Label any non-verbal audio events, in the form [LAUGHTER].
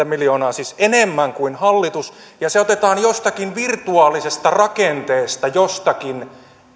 [UNINTELLIGIBLE] miljoonaa siis enemmän kuin hallitus ja se otetaan jostakin virtuaalisesta rakenteesta jostakin